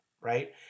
right